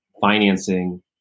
financing